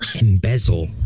Embezzle